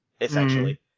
essentially